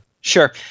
sure